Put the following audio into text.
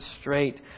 straight